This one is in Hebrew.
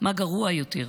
מה גרוע יותר,